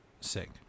Sick